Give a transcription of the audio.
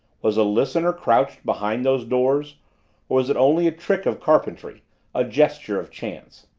was a listener crouched behind those doors or was it only a trick of carpentry a gesture of chance?